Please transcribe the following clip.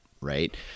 Right